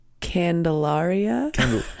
Candelaria